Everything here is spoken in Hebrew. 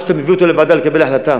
עד שאתה מביא אותו לוועדה לקבל החלטה.